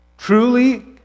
Truly